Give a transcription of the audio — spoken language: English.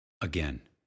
Again